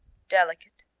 delicate,